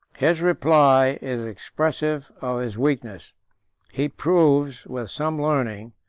his reply is expressive of his weakness he proves, with some learning,